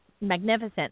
magnificent